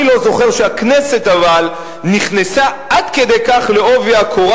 אבל אני לא זוכר שהכנסת נכנסה עד כדי כך בעובי הקורה